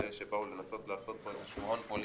אלה שבאו לנסות לעשות פה הון פוליטי,